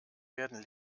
werden